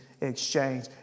exchange